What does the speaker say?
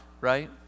right